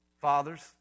Fathers